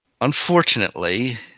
Unfortunately